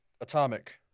atomic